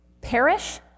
perish